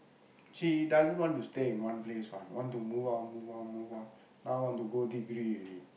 she doesn't want to stay in one place one want to move on move on move on now want to go degree already